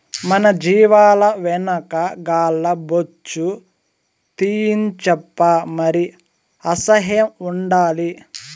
మన జీవాల వెనక కాల్ల బొచ్చు తీయించప్పా మరి అసహ్యం ఉండాలి